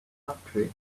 octree